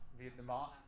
Vietnam